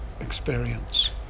experience